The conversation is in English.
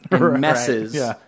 messes